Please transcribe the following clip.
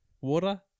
water